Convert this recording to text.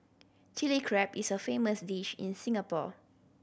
Chilli Crab is a famous dish in Singapore